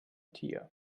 tier